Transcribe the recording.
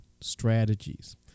strategies